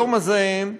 היום הזה,